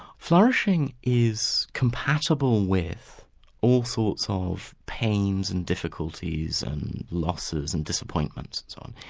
flourishing is compatible with all sorts of pains and difficulties and losses and disappointments and so on.